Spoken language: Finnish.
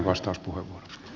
herra puhemies